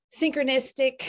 synchronistic